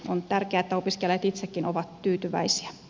on tärkeää että opiskelijat itsekin ovat tyytyväisiä